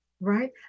right